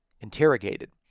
interrogated